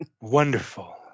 Wonderful